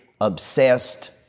obsessed